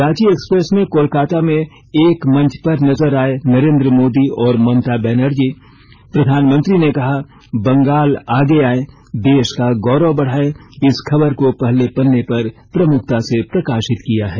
Ranchi Express ने कोलकाता में एक मंच पर नजर आये नरेन्द्र मोदी और ममता बनर्जी प्रधानमंत्री ने कहा बंगाल आगे आए देश का गौरव बढ़ाये इस खबर को पहले पन्ने पर प्रमुखता से प्रकाशित किया है